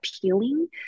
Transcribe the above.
appealing